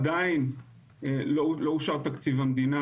לא אושר תקציב המדינה,